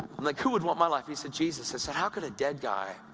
like who would want my life? he said, jesus. i said, how could a dead guy?